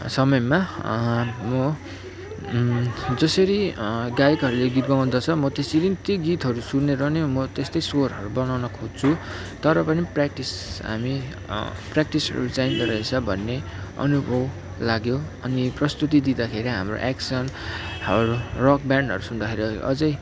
समयमा म जसरी गायकहरूले गीत गाउँदछ म त्यसरी त्यही गीतहरू सुनेर नै म त्यस्तै स्वरहरू बनाउन खोज्छु तर पनि प्र्याक्टिस हामी प्र्याक्टिसहरू चाहिँदो रहेछ भन्ने अनुभव लाग्यो अनि प्रस्तुति दिँदाखेरि हाम्रो एक्सनहरू रकबेन्डहरू सुन्दाखेरि अझै